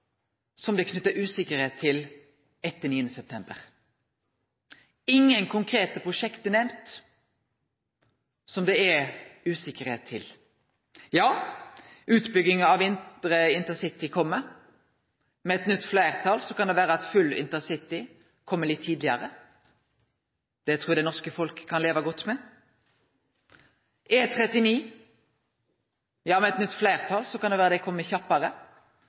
som det er knytt usikkerheit til etter 9. september. Ingen konkrete prosjekt er nemnde som det er usikkerheit til. Ja, utbygginga av InterCity kjem. Med eit nytt fleirtal kan det vere at full InterCity kjem litt tidlegare. Det trur eg det norske folket kan leve godt med. E39 – ja, med eit nytt fleirtal kan det vere at den kjem kjappare. Det